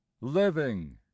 living